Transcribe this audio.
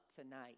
tonight